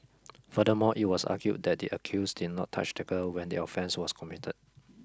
furthermore it was argued that the accused did not touch the girl when the offence was committed